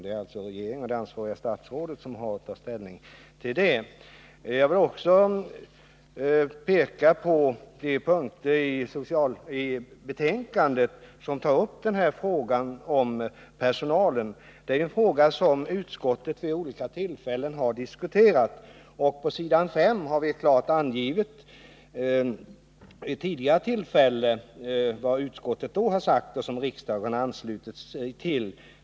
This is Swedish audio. Det är alltså regeringen och det ansvariga statsrådet som har att ta ställning till det. Jag vill också peka på de punkter i betänkandet som tar upp frågan om personalen. Det är en fråga som utskottet vid olika tillfällen har diskuterat. På s. 5 har vi klart angivit vad utskottet sagt vid ett tidigare tillfälle, vilket riksdagen har anslutit sig till.